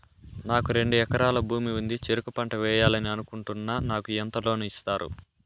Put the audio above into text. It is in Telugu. నాకు రెండు ఎకరాల భూమి ఉంది, చెరుకు పంట వేయాలని అనుకుంటున్నా, నాకు ఎంత లోను ఇస్తారు?